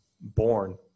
born